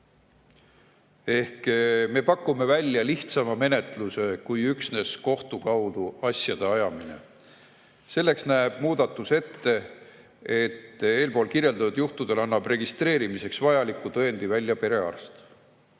Ehk me pakume välja lihtsama menetluse kui üksnes kohtu kaudu asjade ajamine. Selleks näeb muudatus ette, et eelkirjeldatud juhtudel annab registreerimiseks vajaliku tõendi välja perearst.